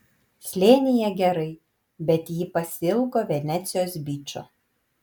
slėnyje gerai bet ji pasiilgo venecijos byčo